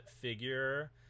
figure